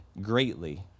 greatly